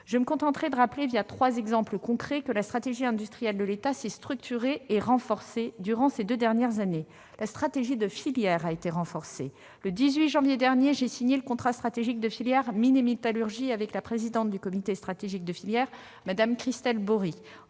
Je me contenterai de rappeler, trois exemples concrets, que la stratégie industrielle de l'État s'est structurée et renforcée durant ces deux dernières années. La stratégie de filière a été renforcée. Le 18 janvier dernier, j'ai signé le contrat stratégique de filière Mines et métallurgie avec la présidente du comité stratégique de filière, Mme Christel Bories,